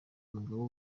umugabo